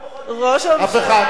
ראש הממשלה, אף אחד.